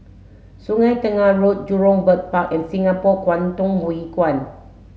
Sungei Tengah Road Jurong Bird Park and Singapore Kwangtung Hui Kuan